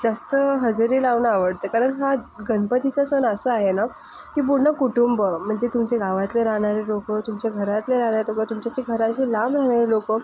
जास्त हजेरी लावणं आवडते कारण हा गणपतीचा सण असा आहे ना की पूर्ण कुटुंब म्हणजे तुमचे गावातले राहणारे लोक तुमच्या घरातले राहणारे लोक तुमच्या ज्या घराच्या लांब राहणारे लोक